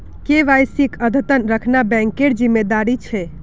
केवाईसीक अद्यतन रखना बैंकेर जिम्मेदारी छे